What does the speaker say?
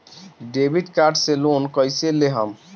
Debit card से loan कईसे लेहम?